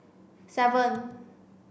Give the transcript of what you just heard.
seven